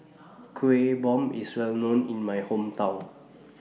Kuih Bom IS Well known in My Hometown